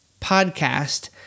podcast